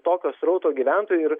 tokio srauto gyventojų ir